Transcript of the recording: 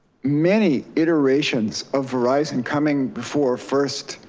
many iterations of verizon coming before first,